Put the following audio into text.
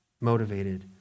motivated